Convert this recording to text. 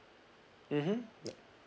mmhmm